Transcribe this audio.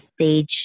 stage